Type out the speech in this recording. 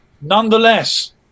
nonetheless